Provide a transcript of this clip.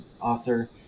author